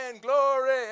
glory